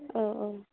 अ अ